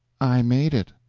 i made it.